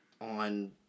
on